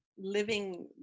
Living